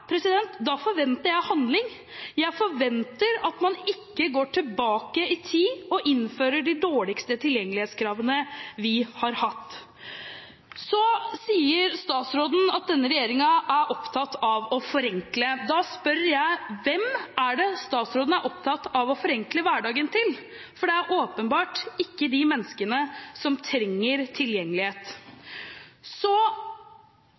da forventer jeg handling, jeg forventer at man ikke går tilbake i tid og innfører de dårligste tilgjengelighetskravene vi har hatt. Så sier statsråden at denne regjeringen er opptatt av å forenkle. Da spør jeg: Hvem er det statsråden er opptatt av å forenkle hverdagen for? Det er åpenbart ikke de menneskene som trenger tilgjengelighet.